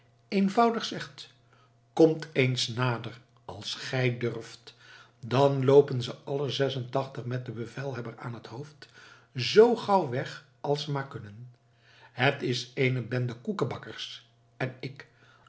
eenvoudig zegt komt eens nader als gij durft dan loopen ze alle zesentachtig met den bevelhebber aan het hoofd zoo gauw weg als ze maar kunnen het is eene bende koekbakkers en ik